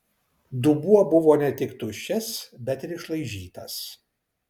dubuo buvo ne tik tuščias bet ir išlaižytas